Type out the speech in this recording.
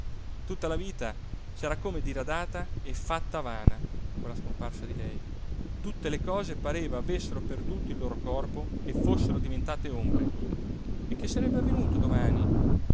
tutta la vita s'era come diradata e fatta vana con la scomparsa di lei tutte le cose pareva avessero perduto il loro corpo e fossero diventate ombre e che sarebbe avvenuto domani